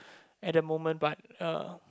at the moment but uh